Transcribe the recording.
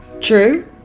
true